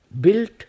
built